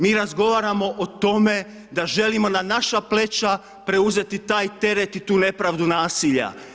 Mi razgovaramo o tome, da želimo na naša pleća preuzeti taj teret i tu nepravdu nasilja.